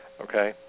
okay